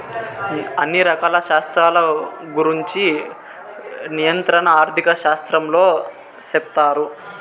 అన్ని రకాల శాస్త్రాల గురుంచి నియంత్రణ ఆర్థిక శాస్త్రంలో సెప్తారు